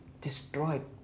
destroyed